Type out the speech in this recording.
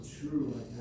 true